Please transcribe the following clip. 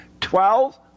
Twelve